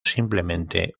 simplemente